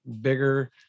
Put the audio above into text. bigger